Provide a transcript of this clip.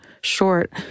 short